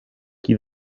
qui